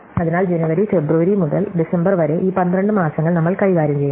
അതിനാൽ ജനുവരി ഫെബ്രുവരി മുതൽ ഡിസംബർ വരെ ഈ 12 മാസങ്ങൾ നമ്മൾ കൈകാര്യം ചെയ്യുന്നു